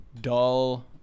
dull